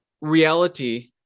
reality